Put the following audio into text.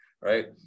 Right